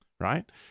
Right